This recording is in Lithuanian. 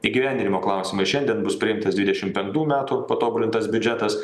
įgyvendinimo klausimai šiandien bus priimtas dvidešimt penktų metų patobulintas biudžetas